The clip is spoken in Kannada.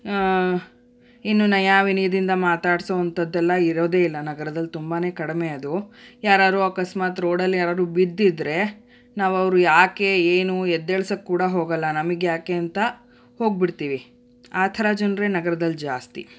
ಇನ್ನು ನಯ ವಿನಯದಿಂದ ಮಾತಾಡ್ಸೋವಂಥದ್ದೆಲ್ಲ ಇರೋದೇ ಇಲ್ಲ ನಗರದಲ್ಲಿ ತುಂಬಾ ಕಡಿಮೆ ಅದು ಯಾರಾರು ಅಕಸ್ಮಾತ್ ರೋಡಲ್ಲಿ ಯಾರದ್ರೂ ಬಿದ್ದಿದ್ದರೆ ನಾವು ಅವ್ರು ಯಾಕೆ ಏನು ಎದ್ದೇಳ್ಸಕ್ಕೆ ಕೂಡ ಹೋಗೋಲ್ಲ ನಮಗ್ಯಾಕೆ ಅಂತ ಹೋಗಿಬಿಡ್ತೀವಿ ಆ ಥರ ಜನರೇ ನಗರದಲ್ಲಿ ಜಾಸ್ತಿ